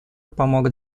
помогут